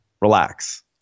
relax